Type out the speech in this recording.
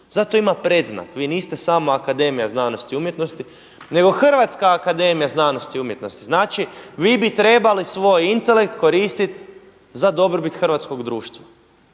Zato ima predznak, vi niste samo Akademija znanosti i umjetnosti, nego Hrvatska akademija znanosti i umjetnosti, znači vi bi trebali svoj intelekt koristiti za dobrobit hrvatskog društva